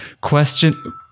question